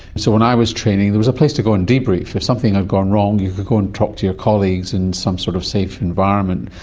so when i was training there was a place to go and debrief. if something had gone wrong you could go and talk to your colleagues in some sort of safe environment.